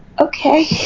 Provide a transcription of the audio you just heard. Okay